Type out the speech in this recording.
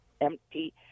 empty